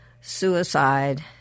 suicide